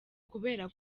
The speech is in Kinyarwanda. kubera